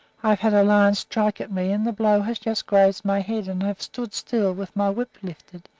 i have had a lion strike at me and the blow has just grazed my head, and have stood still, with my whip lifted,